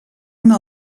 una